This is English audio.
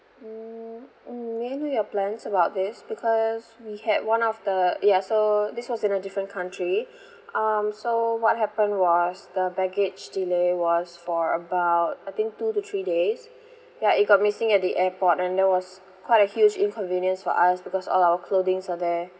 mm mm may I know your plans about this because we had one of the ya so this was in a different country um so what happened was the baggage delay was for about I think two to three days ya it got missing at the airport and that was quite a huge inconvenience for us because all our clothings were there